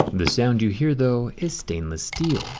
the sound you hear though is stainless steel.